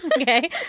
Okay